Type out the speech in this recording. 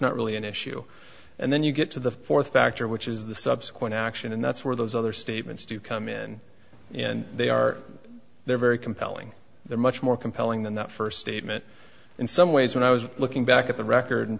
not really an issue and then you get to the fourth factor which is the subsequent action and that's where those other statements do come in and they are they're very compelling they're much more compelling than that first statement in some ways when i was looking back at the record